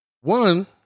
One